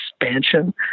expansion